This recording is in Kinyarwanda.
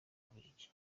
bubiligi